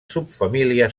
subfamília